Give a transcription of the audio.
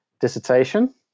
dissertation